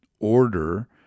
order